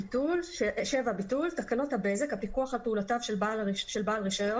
ביטול 7 תקנות הבזק (הפיקוח על פעולותיו של בעל רישיון),